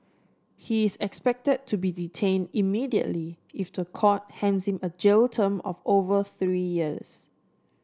he is expected to be detained immediately if the court hands him a jail term of over three years